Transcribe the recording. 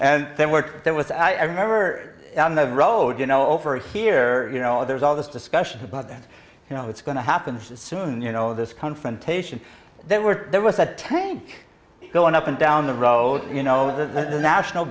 and there were there was i remember on the road you know over here you know there's all this discussion about that you know what's going to happen soon you know this confrontation that we're there was a tank going up and down the road you know the national